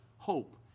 hope